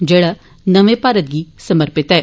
जेड़ा नमें भारत गी समर्पित ऐ